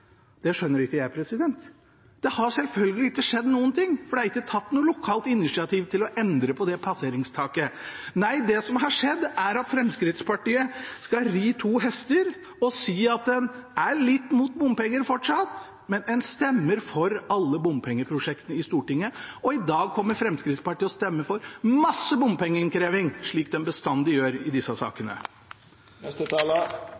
skjønner ikke jeg. Det har selvfølgelig ikke skjedd noen ting, for det er ikke tatt noe lokalt initiativ til å endre det passeringstaket. Det som har skjedd, er at Fremskrittspartiet skal ri to hester og si at de er litt mot bompenger fortsatt, men en stemmer for alle bompengeprosjektene i Stortinget. Og i dag kommer Fremskrittspartiet til å stemme for masse bompengeinnkreving, slik de bestandig gjør i disse